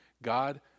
God